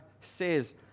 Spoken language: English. says